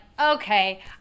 Okay